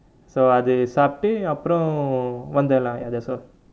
so அது சாப்பிட்டு அப்புறம் வந்தேன்:athu saapittu appuram vanthaen lah ya that's all